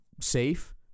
safe